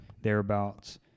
thereabouts